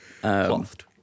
Clothed